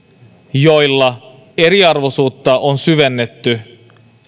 joilla eriarvoisuutta on syvennetty